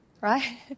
right